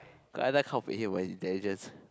I everytime kao pei him but he then he just